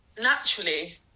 naturally